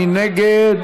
מי נגד?